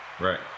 Right